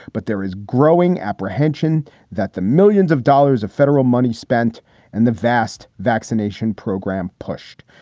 but there is growing apprehension that the millions of dollars of federal money spent and the vast vaccination program pushed.